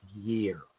year